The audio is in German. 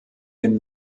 den